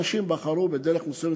אנשים בחרו לגור בדרך מסוימת,